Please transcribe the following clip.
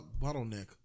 bottleneck